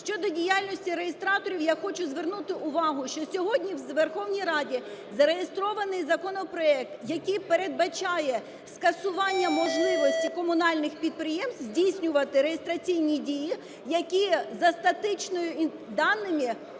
Щодо діяльності реєстраторів. Я хочу звернути увагу, що сьогодні в Верховній Раді зареєстрований законопроект, який передбачає скасування можливості комунальних підприємств здійснювати реєстраційні дії, які за статичними даними